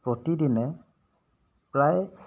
প্ৰতিদিনে প্ৰায়